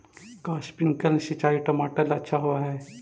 का स्प्रिंकलर सिंचाई टमाटर ला अच्छा होव हई?